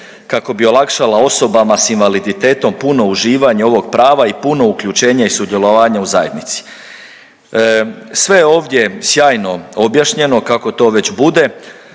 kako bi olakšala osobama s invaliditetom puno uživanje ovog prava i puno uključenje i sudjelovanje u zajednici. Sve je ovdje sjajno objašnjeno kako to već bude,